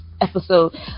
episode